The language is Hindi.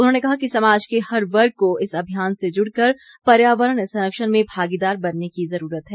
उन्होंने कहा कि समाज के हर वर्ग को इस अभियान से जुड़कर पर्यावरण संरक्षण में भागीदार बनने की ज़रूरत है